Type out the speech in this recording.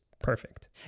perfect